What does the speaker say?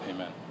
Amen